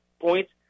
points